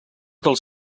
dels